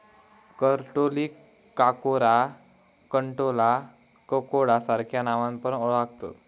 करटोलीक काकोरा, कंटॉला, ककोडा सार्ख्या नावान पण ओळाखतत